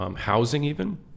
housing—even